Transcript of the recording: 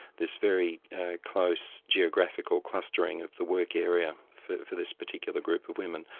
this very close geographical clustering of the work area for this particular group of women.